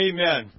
Amen